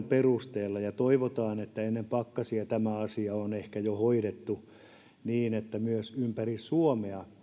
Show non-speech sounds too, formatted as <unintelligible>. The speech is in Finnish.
<unintelligible> perusteella toivotaan että ennen pakkasia tämä asia on ehkä jo hoidettu niin että myös ympäri suomea